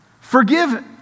Forgive